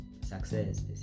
Success